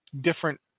different